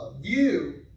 view